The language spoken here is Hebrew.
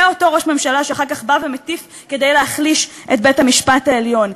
זה אותו ראש ממשלה שאחר כך בא ומטיף כדי להחליש את בית-המשפט העליון.